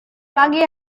pagi